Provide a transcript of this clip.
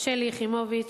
שלי יחימוביץ,